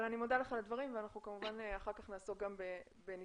אני מודה לך על הדברים ואנחנו כמובן אחר כך נעסוק גם בניסוחים.